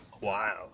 wow